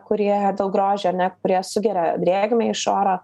kurie dėl grožio ar ne kurie sugeria drėgmę iš oro